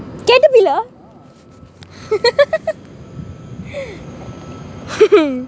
Caterpillar